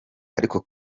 ariko